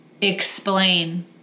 explain